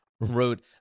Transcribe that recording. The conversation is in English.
wrote